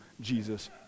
Jesus